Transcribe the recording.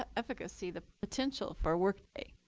efficacy, the potential, for workday.